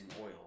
oil